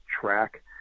track